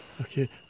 okay